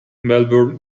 melbourne